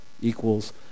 equals